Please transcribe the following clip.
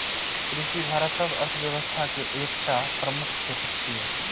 कृषि भारतक अर्थव्यवस्था के एकटा प्रमुख क्षेत्र छियै